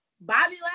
Bobby